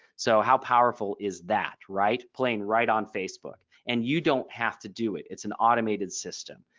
so how powerful is that? right. playing right on facebook and you don't have to do it. it's an automated system.